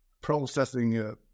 processing